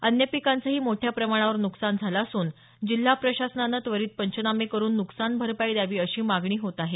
अन्य पिकांचंही मोठ्या प्रमाणावर नुकसान झालं असून जिल्हा प्रशासनानं त्वरित पंचनामे करून नुकसान भरपाई द्यावी अशी मागणी होत आहे